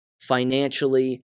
financially